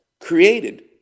created